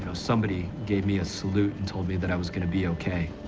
you know somebody gave me a salute and told me that i was gonna be okay.